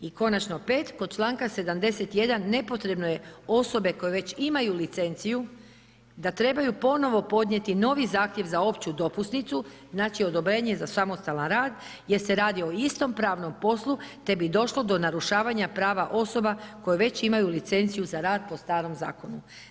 I konačno, peto, kod članka 71. nepotrebno je osobe koje već imaju licenciju da trebaju ponovno podnijeti novi zahtjev za opću dopusnicu, znači odobrenje za samostalan rad jer se radi o istom pravnu poslu te bi došlo do narušavanja prava osoba koje već imaju licenciju za rad po starom zakonu.